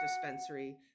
dispensary